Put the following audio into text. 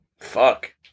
fuck